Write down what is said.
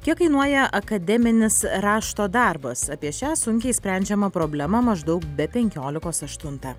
kiek kainuoja akademinis rašto darbas apie šią sunkiai išsprendžiamą problemą maždaug be penkiolikos aštuntą